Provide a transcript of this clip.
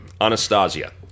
Anastasia